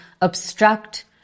obstruct